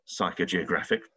psychogeographic